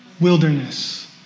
Wilderness